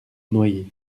noyés